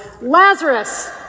Lazarus